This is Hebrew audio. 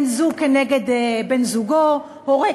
אל המשפחה שלנו פה,